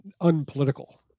unpolitical